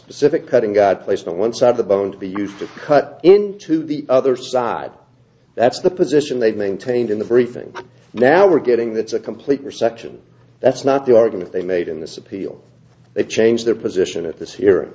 specific pet and god placed on one side of the bone to be used to cut in to the other side that's the position they've maintained in the briefing now we're getting that's a complete resection that's not the argument they made in this appeal they've changed their position at this he